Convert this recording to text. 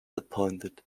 appointed